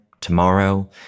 tomorrow